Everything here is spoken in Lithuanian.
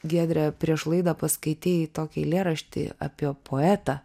giedre prieš laidą paskaitei tokį eilėraštį apie poetą